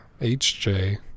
HJ